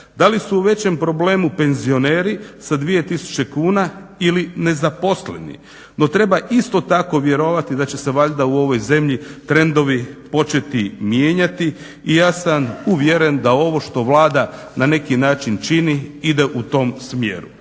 Da li su u većem problemu penzioneri sa dvije tisuće kuna ili nezaposleni? No treba isto tako vjerovati da će se valjda u ovoj zemlji trendovi početi mijenjati i ja sam uvjeren da ovo što vlada na neki način čini ide u tom smjeru.